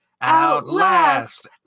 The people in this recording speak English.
Outlast